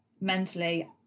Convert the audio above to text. mentally